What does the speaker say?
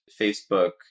Facebook